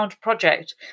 project